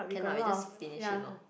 can ah we just finish it lor